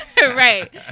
right